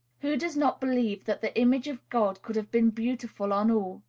who does not believe that the image of god could have been beautiful on all?